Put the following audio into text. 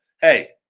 Hey